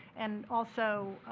and also,